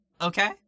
okay